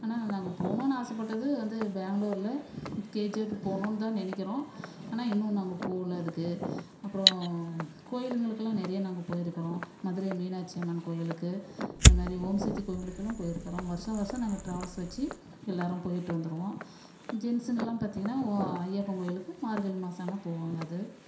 ஆனால் நாங்கள் போணும்னு ஆசை பட்டது வந்து பெங்களூர்ல கேஜெப் போணும்னுதான் நினைக்கிறோம் ஆனால் இன்னும் நாங்கள் போகல அதுக்கு அப்பறம் கோயிலுங்களுக்கெல்லாம் நிறைய நாங்கள் போய்ருக்கறோம் மதுரை மீனாட்சி அம்மன் கோவிலுக்கு இந்த மாதிரி ஓம் சக்தி கோயிலுக்கெல்லாம் போய்ருக்கறோம் வர்ஷம் வர்ஷம் நாங்கள் ட்ராவல்ஸ் வச்சு எல்லோரும் போய்ட்டு வந்துடுவோம் ஜென்ஸுங்கெல்லாம் பார்த்திங்ன்னா அய்யப்பன் கோவிலுக்கு மார்கழி மாசம்னா போவாங்க அது